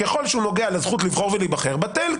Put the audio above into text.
ככל שהוא נוגע לזכות לבחור ולהיבחר בטל,